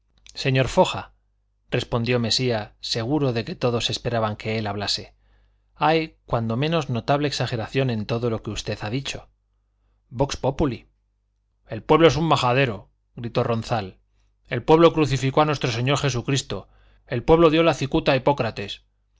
menos señor foja respondió mesía seguro de que todos esperaban que él hablase hay cuando menos notable exageración en todo lo que usted ha dicho vox populi el pueblo es un majadero gritó ronzal el pueblo crucificó a nuestro señor jesucristo el pueblo dio la cicuta a hipócrates